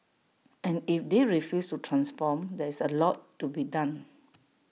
and if they refuse to transform there's A lot to be done